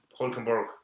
Hulkenberg